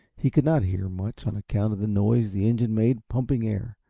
he could not hear much, on account of the noise the engine made pumping air,